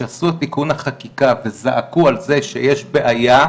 כשעשו את תיקון החקיקה וזעקו על זה שיש בעיה,